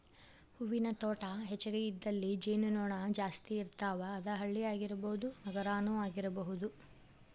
ಹೂವಿನ ತೋಟಾ ಹೆಚಗಿ ಇದ್ದಲ್ಲಿ ಜೇನು ನೊಣಾ ಜಾಸ್ತಿ ಇರ್ತಾವ, ಅದ ಹಳ್ಳಿ ಆಗಿರಬಹುದ ನಗರಾನು ಆಗಿರಬಹುದು